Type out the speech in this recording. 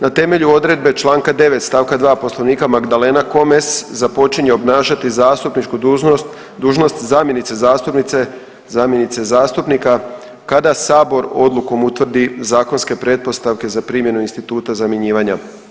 Na temelju odredbe Članka 9. stavka 2. Poslovnika Magdalena Komes započinje obnašati zastupničku dužnost zamjenice zastupnice, zamjenice zastupnika kada sabor odlukom utvrdi zakonske pretpostavke za primjenu instituta zamjenjivanja.